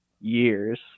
years